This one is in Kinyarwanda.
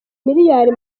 miliyari